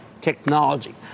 technology